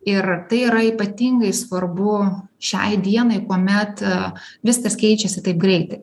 ir tai yra ypatingai svarbu šiai dienai kuomet viskas keičiasi taip greitai